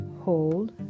Hold